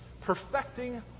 perfecting